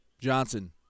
Johnson